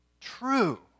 true